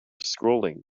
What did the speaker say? scrolling